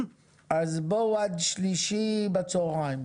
אז בואו עד שלישי בצהריים,